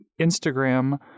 Instagram